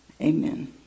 amen